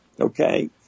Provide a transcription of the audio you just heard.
Okay